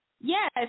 Yes